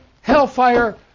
hellfire